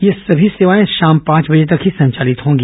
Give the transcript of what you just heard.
ये समी सेवाए शाम पांच बजे तक ही संचालित होंगी